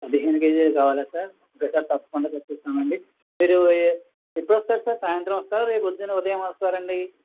పదిహేను కేజీలు కావాలా ఓకే సార్ తప్పకుండా తెప్పిస్తామండీ మీరు ఎప్పుడొస్తారు సార్ సాయంత్రం వస్తారా రేపు పొద్దున ఉదయం వస్తారా అండీ